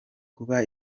kuba